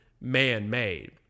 man-made